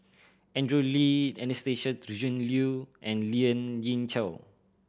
Andrew Lee Anastasia Tjendri Liew and Lien Ying Chow